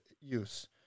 use